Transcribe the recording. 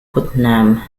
putnam